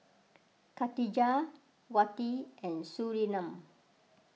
Khatijah Wati and Surinam